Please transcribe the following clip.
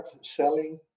selling